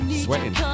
Sweating